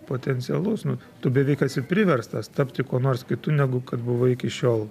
potencialus nu tu beveik esi priverstas tapti kuo nors kitu negu kad buvai iki šiol